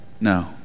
No